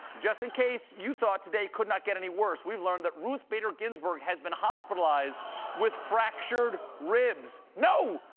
just in case you thought today couldn't get any worse, we've learned that ruth bader ginsburg has been hospitalized with fractured ribs. no!